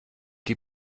die